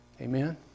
Amen